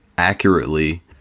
accurately